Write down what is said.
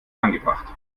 angebracht